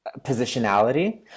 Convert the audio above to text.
positionality